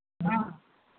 હા